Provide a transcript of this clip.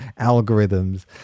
algorithms